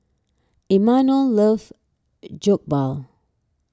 Imanol loves Jokbal